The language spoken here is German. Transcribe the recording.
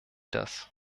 das